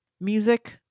music